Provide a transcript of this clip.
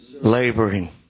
Laboring